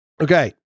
Okay